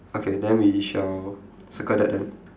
okay then we shall circle that then